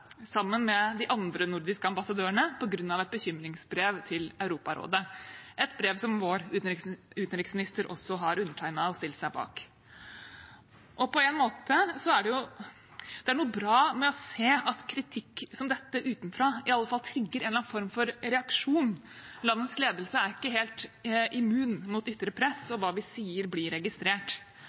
sammen med de andre nordiske ambassadørene på grunn av et bekymringsbrev til Europarådet – et brev som vår utenriksminister også har undertegnet og stilt seg bak. Det er noe bra med å se at kritikk som dette utenfra i alle fall trigger en eller annen form for reaksjon. Landets ledelse er ikke helt immun mot ytre press, og hva vi sier, blir registrert.